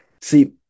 See